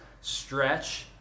stretch